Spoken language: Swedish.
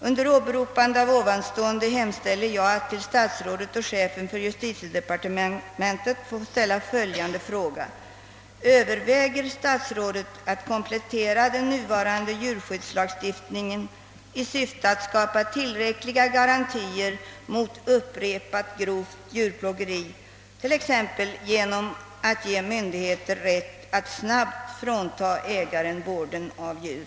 Under åberopande av ovanstående hemställer jag att till statsrådet och chefen för justitiedepartementet få ställa följande fråga: Överväger statsrådet att komplettera den nuvarande djurskyddslagstiftningen i syfte att skapa tillräckliga garantier mot upprepat grovt djurplågeri, t.ex. genom att ge myndigheter rätt att snabbt frånta ägaren vården av djur?